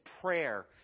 prayer